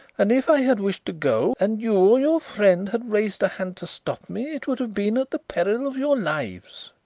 and if i had wished to go and you or your friend had raised a hand to stop me, it would have been at the peril of your lives,